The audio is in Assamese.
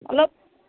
অলপ